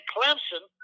Clemson